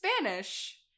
Spanish